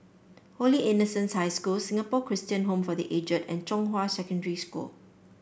Holy Innocents' High School Singapore Christian Home for The Aged and Zhonghua Secondary School